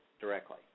directly